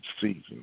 season